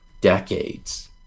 decades